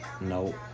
No